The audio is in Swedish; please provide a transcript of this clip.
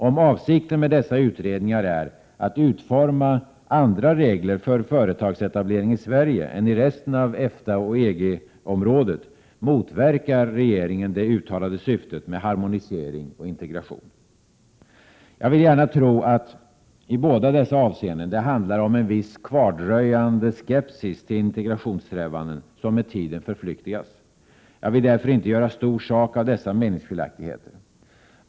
Om avsikten med dessa utredningar är att utforma andra regler för företagsetablering i Sverige än i resten av EFTA och i EG-området, motverkar regeringen det uttalade syftet med harmonisering och integration. Jag vill gärna tro att det i båda dessa avseenden handlar om en viss kvardröjande skepsis till integrationssträvandena, som med tiden förflyktigas. Jag vill därför inte göra stor sak av dessa meningsskiljaktigheter.